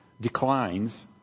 declines